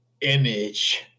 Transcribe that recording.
image